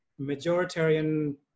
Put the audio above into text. majoritarian